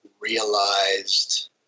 realized